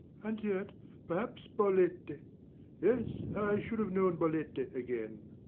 and yet perhaps bolette yes, i should have known bolette again.